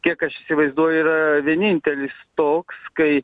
kiek aš įsivaizduoju yra vienintelis toks kai